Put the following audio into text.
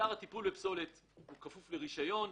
אתר הטיפול בפסולת כפוף לרישיון.